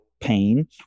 pain